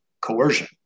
coercion